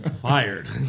fired